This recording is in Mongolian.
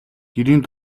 гэрийн